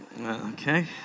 Okay